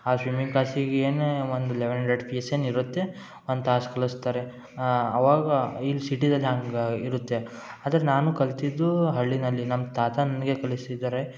ಆ ಸ್ವಿಮ್ಮಿಂಗ್ ಕ್ಲಾಸಿಗೆ ಏನೇ ಒಂದು ಲೆವೆನ್ ಅಂಡ್ರೆಡ್ ಫೀಸ್ ಏನು ಇರುತ್ತೆ ಒಂದು ತಾಸು ಕಲಿಸ್ತಾರೆ ಆವಾಗ ಇಲ್ಲಿ ಸಿಟಿದಲ್ಲಿ ಹಂಗಾ ಇರುತ್ತೆ ಅದರೆ ನಾನು ಕಲ್ತಿದ್ದೂ ಹಳ್ಳಿನಲ್ಲಿ ನಮ್ಮ ತಾತ ನನಗೆ ಕಲಿಸಿದ್ದರೆ